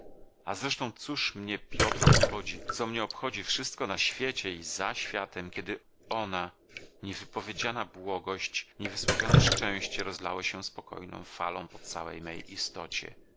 a zresztą cóż mnie piotr obchodzi co mnie obchodzi wszystko na świecie i za światem kiedy ona niewypowiedziana błogość niewysłowione szczęście rozlało się spokojną falą po całej mej istocie